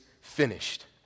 finished